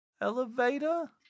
elevator